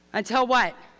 until what?